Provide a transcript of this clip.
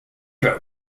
wrote